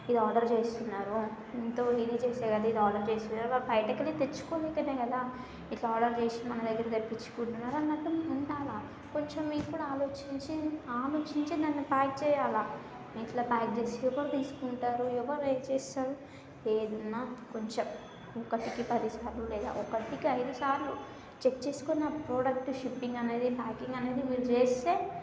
ఇది ఆర్డర్ చేస్తున్నారు ఎంతో ఇది చేస్తేనే కదా వాళ్ళు ఆర్డర్ చేసి వాళ్ళు బయటికి వెళ్ళి తెచ్చుకోలేకే కదా ఇట్లా ఆర్డర్ చేసి మన దగ్గర తెప్పించుకుంటున్నారు ఆమాత్రం ఉండాలా కొంచెం మీరు కూడా ఆలోచించి ఆలోచించి దాన్ని ప్యాక్ చేయాలా ఇట్ల ప్యాక్ చేస్తే ఎవరు తీసుకుంటారు ఎవరు ఏం చేస్తారు ఏదన్నా కొంచెం ఒకటికి పది సార్లు లేదా ఒకటికి ఐదు సార్లు చెక్ చేసుకుని ఆ ప్రోడక్ట్ షిప్పింగ్ అనేది ప్యాకింగ్ అనేది మీరు చేస్తే